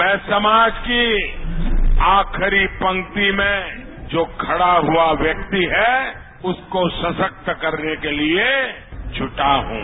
मैं समाज की आखिरी पक्ति में जो खड़ा हुआ व्यक्ति है उसको सशक्त करने के लिए जुटा हूं